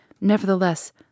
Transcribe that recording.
nevertheless